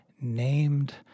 named